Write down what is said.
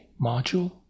module